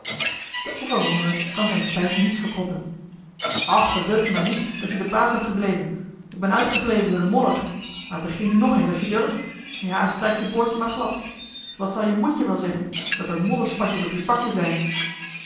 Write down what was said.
de overwonnene kan zijne spijt niet verkroppen och verbeeld je maar niet dat je de baas bent gebleven ik ben uitgegleden door de modder maar begin nu nog eens als je durft ja strijk je boordje maar glad wat zal je moetje wel zeggen dat er modderspatjes op je pakje zijn